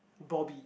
boom